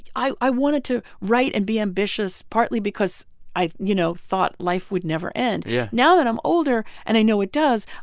i i wanted to write and be ambitious partly because i, you know, thought life would never end. yeah now that i'm older and i know it does,